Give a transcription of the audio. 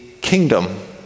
kingdom